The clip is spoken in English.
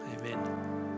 Amen